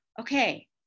Okay